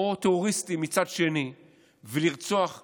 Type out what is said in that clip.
או טרוריסטים מצד שני ולרצוח אזרחים,